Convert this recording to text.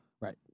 Right